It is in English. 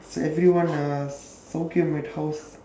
so everyone ah my house